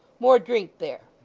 more drink there